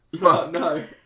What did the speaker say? no